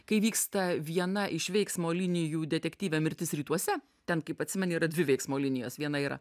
kai vyksta viena iš veiksmo linijų detektyve mirtis rytuose ten kaip atsimeni yra dvi veiksmo linijos viena yra